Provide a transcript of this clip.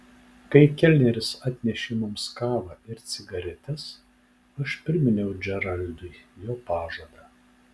kai kelneris atnešė mums kavą ir cigaretes aš priminiau džeraldui jo pažadą